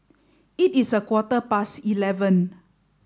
it is a quarter past eleven